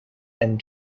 and